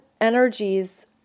energies